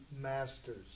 masters